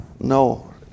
No